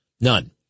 None